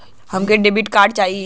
हमके debit card चाही?